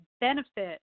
benefit